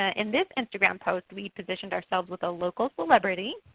ah in this instagram post we positioned ourselves with a local celebrity,